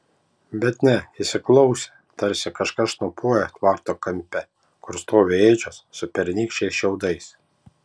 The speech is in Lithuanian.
bet ne įsiklausė tarsi kažkas šnopuoja tvarto kampe kur stovi ėdžios su pernykščiais šiaudais